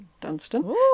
Dunstan